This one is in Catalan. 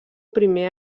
primer